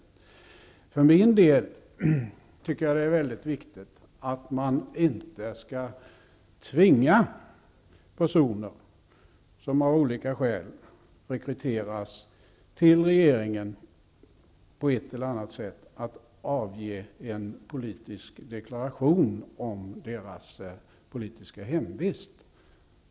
Jag tycker för min del att det är viktigt att man inte tvingar personer som av olika skäl rekryteras till regeringen att avge en deklaration om politisk hemvist.